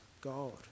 God